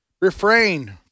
refrain